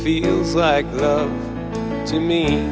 feels like to me